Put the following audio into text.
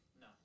No